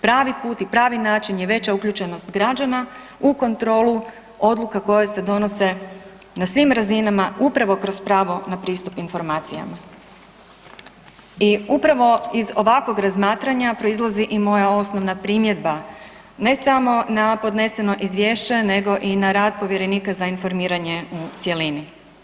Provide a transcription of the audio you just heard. Pravi put i pravi način je veća uključenost građana u kontrolu odluka koje se donose na svim razinama upravo kroz pravo na pristup informacijama i upravo iz ovakvog razmatranja proizlazi i moja osnovna primjedba, ne samo na podneseno Izvješće nego i na rad povjerenika za informiranje u cjelini.